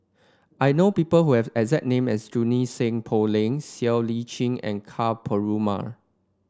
I know people who have exact name as Junie Sng Poh Leng Siow Lee Chin and Ka Perumal